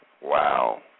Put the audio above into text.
Wow